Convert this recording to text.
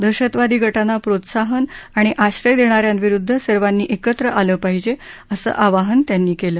दहशतवादी गटांना प्रोत्साहन आणि आश्रय देणाऱ्यांविरुद्ध सर्वांनी एकत्र आलं पाहिजे असं आवाहन त्यांनी केलं